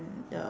the